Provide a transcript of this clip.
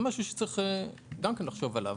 זה משהו שצריך לחשוב עליו.